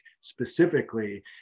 specifically